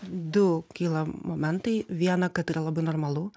du kyla momentai vieną kad yra labai normalu